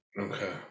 okay